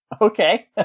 Okay